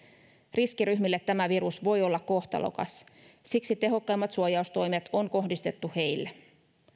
riskiryhmille tämä virus voi olla kohtalokas siksi tehokkaimmat suojaustoimet on kohdistettu heille